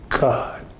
God